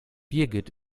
birgit